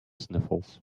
sniffles